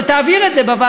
אבל תעביר את זה בוועדה.